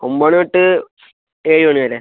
ഒമ്പത് മണി തൊട്ട് ഏഴ് മണി വരെ